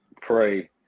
pray